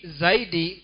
zaidi